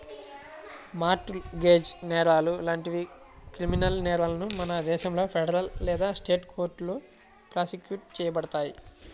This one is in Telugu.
మార్ట్ గేజ్ నేరాలు లాంటి క్రిమినల్ నేరాలను మన దేశంలో ఫెడరల్ లేదా స్టేట్ కోర్టులో ప్రాసిక్యూట్ చేయబడతాయి